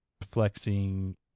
flexing